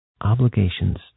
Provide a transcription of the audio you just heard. obligations